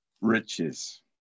Riches